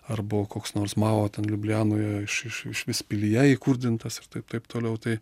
ar buvo koks nors mao ten liublianoje iš iš išvis pilyje įkurdintas ir taip toliau tai